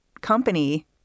company